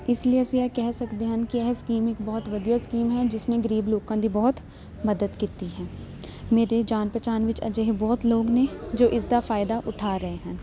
ਇਸ ਲਈ ਅਸੀਂ ਇਹ ਕਹਿ ਸਕਦੇ ਹਨ ਕਿ ਇਹ ਸਕੀਮ ਇੱਕ ਬਹੁਤ ਵਧੀਆ ਸਕੀਮ ਹੈ ਜਿਸਨੇ ਗਰੀਬ ਲੋਕਾਂ ਦੀ ਬਹੁਤ ਮਦਦ ਕੀਤੀ ਹੈ ਮੇਰੇ ਜਾਣ ਪਹਿਚਾਣ ਵਿੱਚ ਅਜਿਹੇ ਬਹੁਤ ਲੋਕ ਨੇ ਜੋ ਇਸਦਾ ਫ਼ਾਇਦਾ ਉਠਾ ਰਹੇ ਹਨ